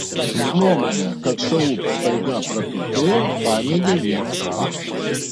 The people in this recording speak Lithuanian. nuomonę kad šu staiga praturtėjo paneigė vienas faktas